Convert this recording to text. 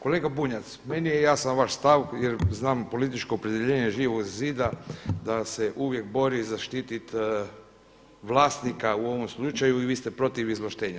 Kolega Bunjac, meni je jasan vaš stav jer znam političko opredjeljenja Živog zida da se uvijek bori zaštitit vlasnika u ovom slučaju i vi ste protiv izvlaštenja.